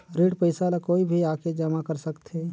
ऋण पईसा ला कोई भी आके जमा कर सकथे?